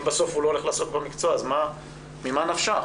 אם בסוף הוא לא הולך לעסוק במקצוע, אז ממה נפשך?